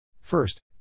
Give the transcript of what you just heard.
First